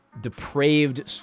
depraved